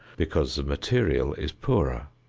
because the material is poorer,